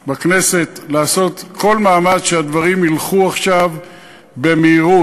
בכנסת, לעשות כל מאמץ שהדברים ילכו עכשיו במהירות.